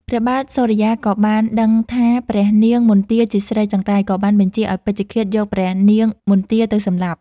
ព្រះបាទសូរិយាក៏បានដឹងថាព្រះនាងមន្ទាជាស្រីចង្រៃ ក៏បានបញ្ជាឱ្យពេជ្ឈឃាតយកព្រះនាងមន្ទាទៅសម្លាប់។